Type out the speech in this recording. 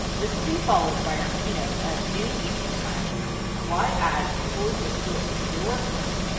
this will be followed by our keynote at noon eastern, time why add people with disabilities to your workforce?